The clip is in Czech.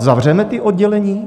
Zavřeme ta oddělení?